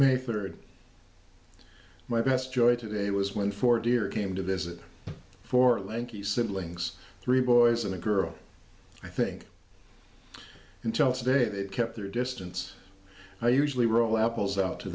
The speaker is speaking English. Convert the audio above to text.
mayford my best joy today was when four deer came to visit four lanky siblings three boys and a girl i think until today they kept their distance i usually roll apples out to